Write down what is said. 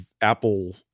Apple